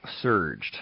surged